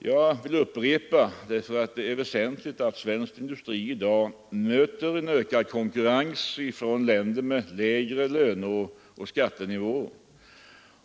Jag vill upprepa, och det är väsentligt, att svensk industri i dag möter en ökad konkurrens från länder med lägre löneoch skattenivåer.